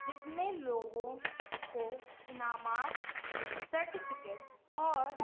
جتنے لوگوں کو انعامات سرٹیفکیٹ اور